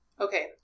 Okay